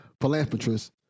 philanthropist